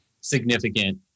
significant